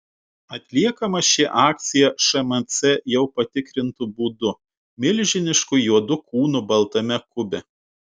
atliekama ši akcija šmc jau patikrintu būdu milžinišku juodu kūnu baltame kube